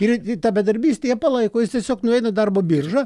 ir tą bedarbystę jie palaiko jis tiesiog nueina į darbo biržą